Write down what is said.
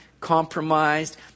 compromised